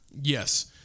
Yes